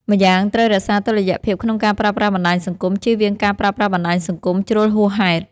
ម្យ៉ាងត្រូវរក្សាតុល្យភាពក្នុងការប្រើប្រាស់បណ្តាញសង្គម ជៀសវៀងការប្រើប្រាប់បណ្តាញសង្គមជ្រុលហួសហេតុ។